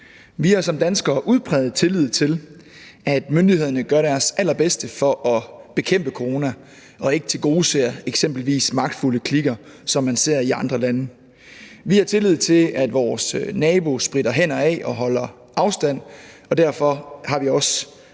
Vi har som danskere udpræget tillid til, at myndighederne gør deres allerbedste for at bekæmpe coronaen og ikke tilgodeser eksempelvis magtfulde kliker, som man ser i andre lande. Vi har tillid til, at vores nabo spritter sine hænder af og holder afstand, og derfor har vi også